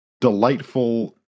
delightful